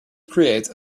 create